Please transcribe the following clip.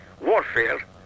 warfare